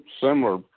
similar